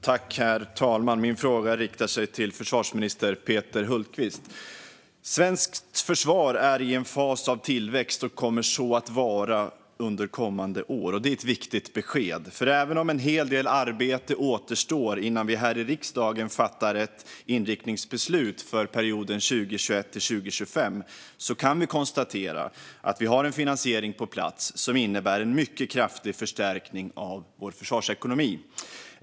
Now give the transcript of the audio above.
Herr talman! Min fråga är riktad till försvarsminister Peter Hultqvist. Svenskt försvar befinner sig i en fas av tillväxt och kommer så att vara under kommande år. Det är ett viktigt besked. Även om en hel del arbete återstår innan vi här i riksdagen kan fatta ett inriktningsbeslut för perioden 2021-2025 kan vi konstatera att en finansiering finns på plats. Den innebär en mycket kraftig förstärkning av vår försvarsekonomi.